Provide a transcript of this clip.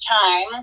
time